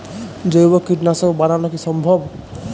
জৈব কীটনাশক বানানো কি সম্ভব?